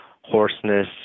hoarseness